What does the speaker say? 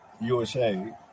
USA